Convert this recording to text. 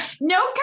No